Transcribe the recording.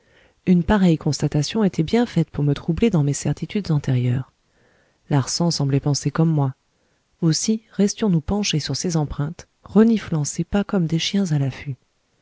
une pareille constatation était bien faite pour me troubler dans mes certitudes antérieures larsan semblait penser comme moi aussi restions nous penchés sur ces empreintes reniflant ces pas comme des chiens à l'affût